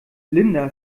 linda